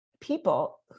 people